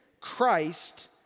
Christ